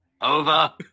over